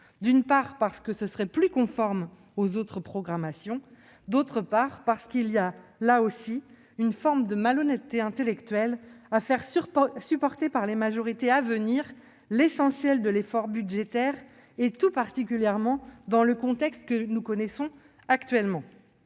d'une part, parce que cela serait plus conforme aux autres programmations, d'autre part, parce qu'il y a, là encore, une forme de malhonnêteté intellectuelle à faire supporter par les majorités à venir l'essentiel de l'effort budgétaire, tout particulièrement dans le contexte que nous connaissons actuellement.